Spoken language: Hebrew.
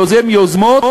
יוזם יוזמות,